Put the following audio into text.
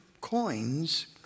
coins